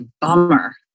bummer